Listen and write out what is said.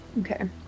Okay